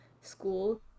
school